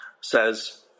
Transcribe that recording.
says